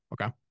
Okay